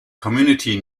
community